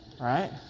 Right